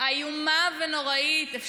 איומה ונוראית.